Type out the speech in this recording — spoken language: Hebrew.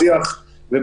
זה נעשה בשיח ובתיאום,